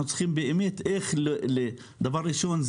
אנחנו צריכים באמת איך דבר ראשון,